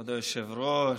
כבוד היושב-ראש,